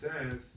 says